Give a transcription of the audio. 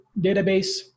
database